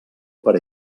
per